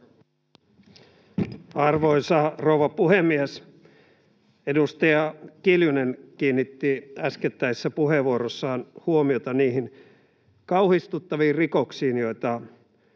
Arvoisa rouva puhemies! Edustaja Kiljunen kiinnitti äskettäisessä puheenvuorossaan huomiota niihin kauhistuttaviin rikoksiin, joita